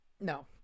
No